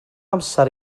amser